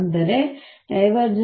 ಅಂದರೆ ▽